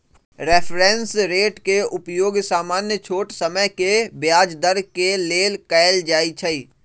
reference rate के उपयोग सामान्य छोट समय के ब्याज दर के लेल कएल जाइ छइ